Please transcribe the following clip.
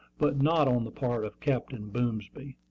but not on the part of captain boomsby.